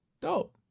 Dope